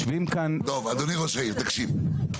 טוב אדוני ראש העיר תקשיב,